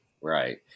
right